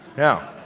now,